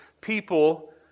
people